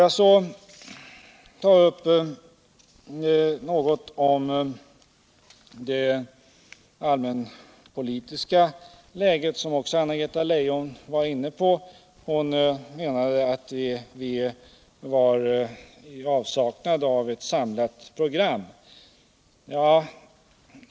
Jag skall också säga något om det allmänpolitiska läget som Anna-Greta Leijon var inne på. Hon menade att vi skulle sakna ett allmänt program.